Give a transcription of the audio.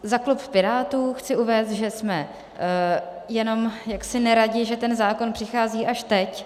Za klub Pirátů chci uvést, že jsme jenom jaksi neradi, že ten zákon přichází až teď.